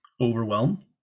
overwhelm